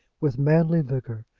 with manly vigour,